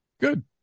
Good